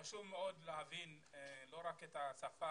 חשוב מאוד להבין לא רק את השפה,